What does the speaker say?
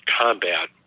combat